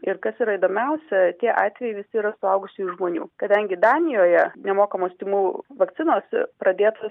ir kas yra įdomiausia tie atvejai visi yra suaugusiųjų žmonių kadangi danijoje nemokamos tymų vakcinos pradėtos